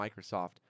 Microsoft